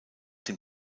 dem